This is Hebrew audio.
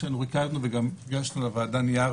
ריכזנו וגם הגשנו לוועדה נייר